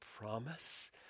promise